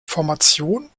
formation